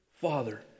father